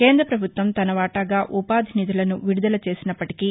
కేంద్ర ప్రభుత్వం తన వాటాగా ఉపాధి నిధులను విడుదల చేసినప్పటికీ